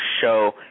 show